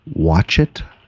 watchit